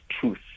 truth